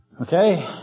Okay